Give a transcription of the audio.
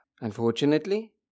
Unfortunately